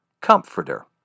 Comforter